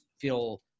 feel